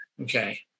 okay